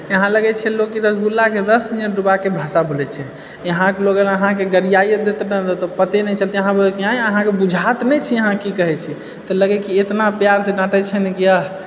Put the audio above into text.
यहाँ लगैत छै लोग कि रसगुल्लाके रसमे डुबाके भाषा बोलय छै यहाँके लोग अहाँकेँ गरियाए दैत ने तऽ पते नहि चलतै अहाँ बुझबैकि अहाँकेँ बुझाइत नहि छी अहाँ की कहेैत छी तऽ लगैकि इतना प्यारसे डाँटे छै नहि कि आह